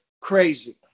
Crazy